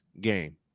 game